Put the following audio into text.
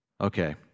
okay